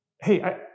hey